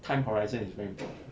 time horizon is very important like